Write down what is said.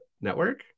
network